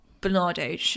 Bernardo